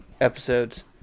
episodes